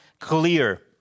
clear